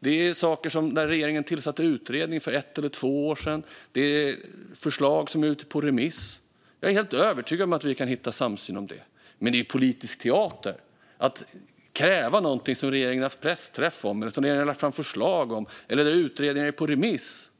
Det är saker där regeringen tillsatte en utredning för ett eller två år sedan. Det är förslag som är ute på remiss. Jag är helt övertygad om att vi kan hitta samsyn om det. Men det är politisk teater att kräva någonting som regeringen har haft pressträff om, lagt fram förslag om eller där utredningar är på remiss.